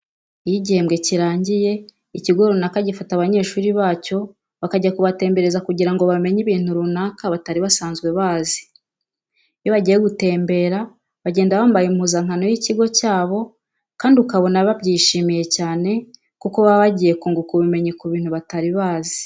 Iyo igihembwe kirangiye ikigo runaka gifata abanyeshuri bacyo bakajya kubatembereza kugira ngo bamenye ibintu runaka batari basanzwe bazi. Iyo bagiye gutembera bagenda bambaye impuzankano y'ikigo cyabo kandi ukabona babyishimiye cyane kuko baba bagiye kunguka ubumenyi ku bintu batari bazi.